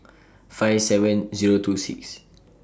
five seven Zero two six